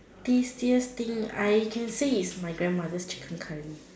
tastiest thing I can say is my grand mothers chicken curry